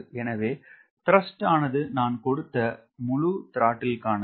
எனவே த்ரஸ்ட் ஆனது நான் கொடுத்த முழு த்ராட்டிலிர்க்கானது